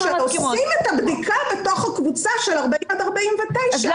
שעושים את הבדיקה בתוך הקבוצה של 40-49 אלה התוצאות.